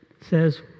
says